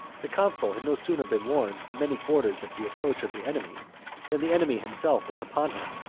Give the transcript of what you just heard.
the consul had no sooner been warned from many quarters of the approach of the enemy than the enemy himself was upon him,